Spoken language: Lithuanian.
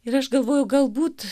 ir aš galvoju galbūt